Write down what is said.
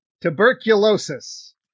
tuberculosis